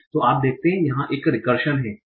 तो आप देखते हैं कि यहां एक रिकर्शन है हाँ